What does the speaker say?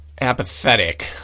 apathetic